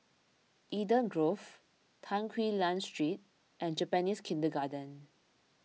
Eden Grove Tan Quee Lan Street and Japanese Kindergarten